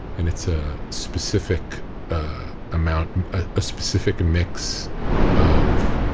and it's a specific amount, a specific mix of.